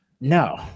No